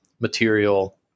material